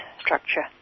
structure